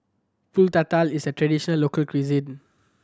Pulut Tatal is a traditional local cuisine